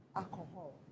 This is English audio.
alcohol